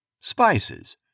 Spices